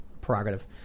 prerogative